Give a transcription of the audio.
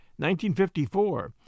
1954